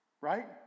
Right